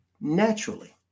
naturally